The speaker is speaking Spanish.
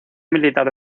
militar